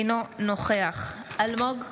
אינו נוכח חילי טרופר, אינו נוכח אלמוג כהן,